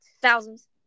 Thousands